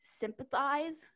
sympathize